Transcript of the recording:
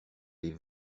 les